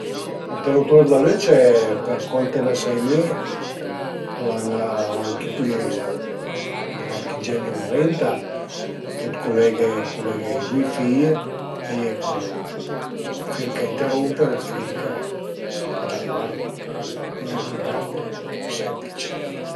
L'interutur d'la lüce per cuant ne sai mi al a 'na al a tüt ël marchingeno ëndrinta che t'culeghe culeghe i due fil, a ie cul ël file ch'a interump e ël fil ch'a da curent, tüt li e niente d'aut, al e semplice